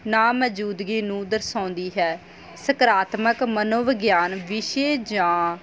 ਨਾ ਮੌਜੂਦਗੀ ਨੂੰ ਦਰਸਾਉਂਦੀ ਹੈ ਸਕਰਾਤਮਕ ਮਨੋਵਿਗਿਆਨ ਵਿਸ਼ੇ ਜਾਂ